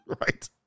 Right